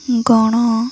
ଗଣ